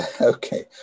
okay